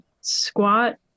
squat